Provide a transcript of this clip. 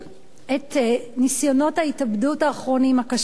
ניסיונות ההתאבדות האחרונים הקשים כל כך.